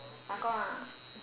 ah gong ah